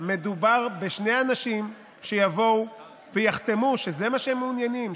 מדובר בשני אנשים שיבואו ויחתמו שבזה הם מעוניינים,